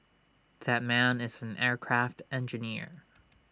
that man is an aircraft engineer